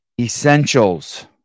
Essentials